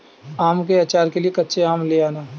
आम के आचार के लिए कच्चे आम ले आना